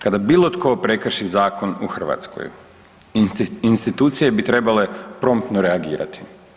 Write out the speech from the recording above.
Kada bilo tko prekrši zakon u Hrvatskoj institucije bi trebale promptno reagirati.